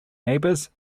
neighbors